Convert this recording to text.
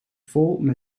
vol